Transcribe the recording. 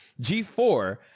G4